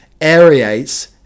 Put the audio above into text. aerates